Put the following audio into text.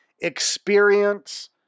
experience